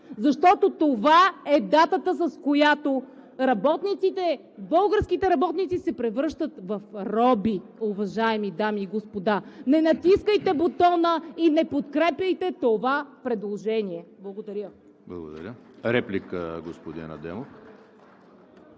защото това е датата, с която работниците, българските работници се превръщат в роби, уважаеми дами и господа! Не натискайте бутона и не подкрепяйте това предложение. Благодаря. (Ръкопляскания от